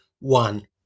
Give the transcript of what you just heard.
one